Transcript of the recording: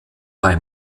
bei